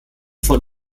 von